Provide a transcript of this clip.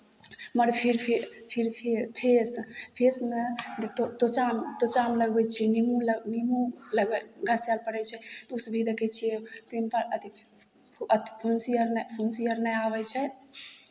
मगर फेर फी फेर फी फेस फेसमे देखतो त्वचामे त्वचामे लगबै छियै निमू लग निमू लग घसय लेल पड़ै छै उस भी देखै छियै पिम्प अथी फु फु फु अथ फुंसी अर नहि फुंसी अर नहि आबै छै